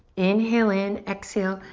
inhale in. exhale,